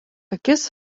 akis